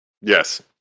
Yes